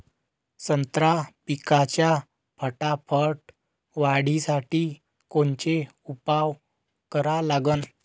संत्रा पिकाच्या फटाफट वाढीसाठी कोनचे उपाव करा लागन?